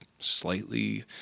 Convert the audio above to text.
slightly